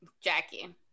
Jackie